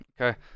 Okay